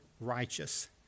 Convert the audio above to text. righteous